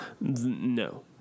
No